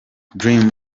dream